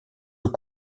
eaux